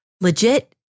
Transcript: legit